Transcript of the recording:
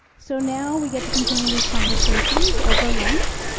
so now, we get to continue these conversations over lunch.